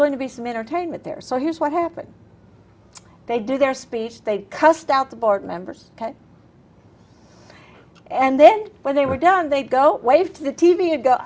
going to be some entertainment there so here's what happened they did their speech they cussed out the board members and then when they were done they'd go wave to the t